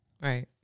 right